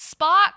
Spock